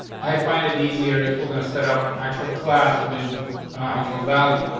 i find it easier if we're gonna set up actual class with actual value.